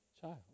child